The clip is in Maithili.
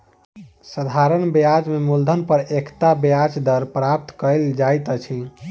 साधारण ब्याज में मूलधन पर एकता ब्याज दर प्राप्त कयल जाइत अछि